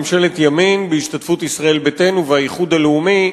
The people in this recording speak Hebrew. ממשלת ימין בהשתתפות ישראל ביתנו והאיחוד הלאומי,